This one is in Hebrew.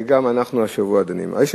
וגם השבוע אנחנו דנים בזה.